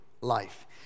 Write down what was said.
life